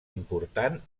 important